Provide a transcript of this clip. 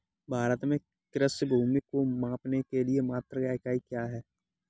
भारत में कृषि भूमि को मापने के लिए मात्रक या इकाई क्या है?